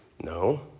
No